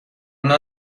اونا